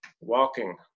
walking